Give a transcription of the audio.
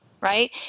right